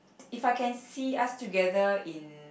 if I can see us together in